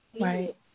right